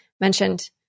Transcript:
mentioned